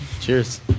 Cheers